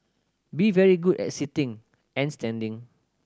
be very good and sitting and standing